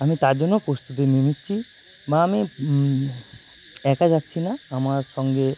আমি তার জন্য প্রস্তুতি নিয়ে নিচ্ছি বা আমি একা যাচ্ছি না আমার সঙ্গে